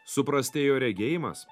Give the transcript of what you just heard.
suprastėjo regėjimas